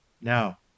Now